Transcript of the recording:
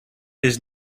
his